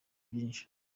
byinshi